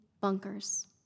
bunkers